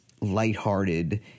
lighthearted